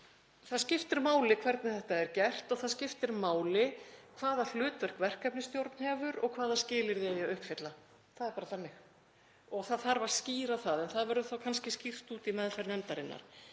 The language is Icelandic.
Það skiptir máli hvernig þetta er gert og það skiptir máli hvaða hlutverk verkefnisstjórn hefur og hvaða skilyrði á að uppfylla. Það er bara þannig, það þarf að skýra það. En það verður þá kannski skýrt út í meðferð nefndarinnar.